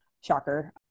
shocker